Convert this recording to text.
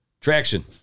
traction